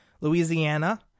Louisiana